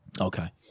okay